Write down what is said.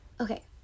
Okay